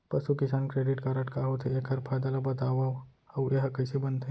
पसु किसान credit card का होथे, एखर फायदा ला बतावव अऊ एहा कइसे बनथे?